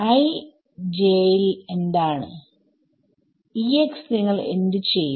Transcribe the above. i j ൽ എന്താണ് നിങ്ങൾ എന്ത് ചെയ്യും